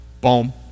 Boom